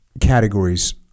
categories